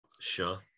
sure